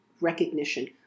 recognition